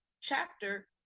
chapter